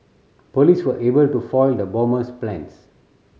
police were able to foil the bomber's plans